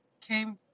came